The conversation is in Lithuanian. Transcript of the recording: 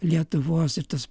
lietuvos ir tas